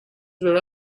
were